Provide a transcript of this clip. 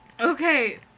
Okay